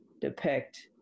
depict